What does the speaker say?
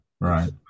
right